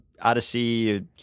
Odyssey